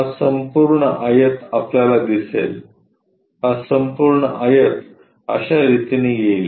हा संपूर्ण आयत आपल्याला दिसेल हा संपूर्ण आयत अश्या रितीने येईल